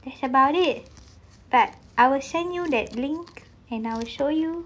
that's about it but I will send you that link and I'll show you